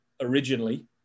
originally